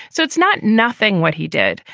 so it's not nothing what he did.